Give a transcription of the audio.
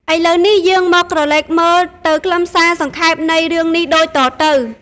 ឥឡូវនេះយើងមកក្រឡេកមើលនៅខ្លឹមសារសង្ខេមនៃរឿងនេះដូចតទៅ ។